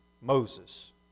moses